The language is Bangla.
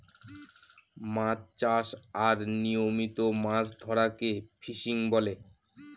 মাছ চাষ আর নিয়মিত মাছ ধরাকে ফিসিং বলে